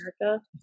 america